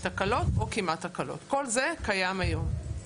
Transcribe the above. תקלות או כמעט תקלות כל זה קיים היום.